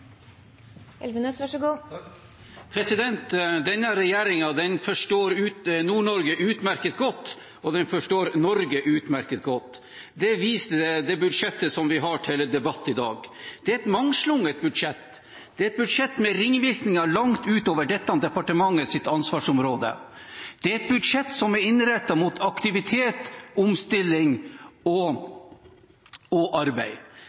Denne regjeringen forstår Nord-Norge utmerket godt, og den forstår Norge utmerket godt. Det viser det budsjettet som vi har til debatt i dag. Det er et mangslungent budsjett, det er et budsjett med ringvirkninger langt utover dette departementets ansvarsområde. Det er et budsjett som er innrettet mot aktivitet, omstilling og arbeid.